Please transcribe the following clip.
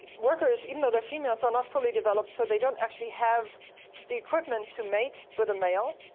workers, even though they're females, are not fully developed, so they don't actually have the equipment to mate with a male,